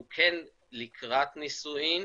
הוא כן לקראת נישואים,